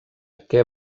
què